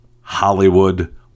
Hollywood